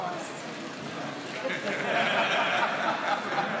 תראה איזה יופי,